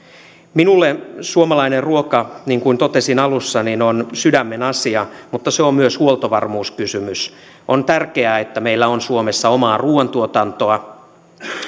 minulle suomalainen ruoka niin kuin totesin alussa on sydämen asia mutta se on myös huoltovarmuuskysymys on tärkeää että meillä on suomessa omaa ruuantuotantoa